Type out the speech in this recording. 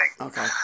Okay